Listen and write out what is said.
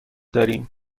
داریم